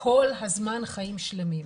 כל הזמן, חיים שלמים.